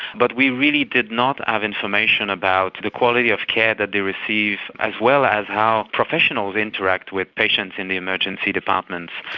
but we really did not have information about the quality of care that they receive, as well as how professionals interact with patients in the emergency departments.